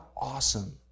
awesome